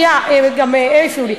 שנייה, גם הם הפריעו לי.